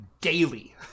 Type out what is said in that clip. daily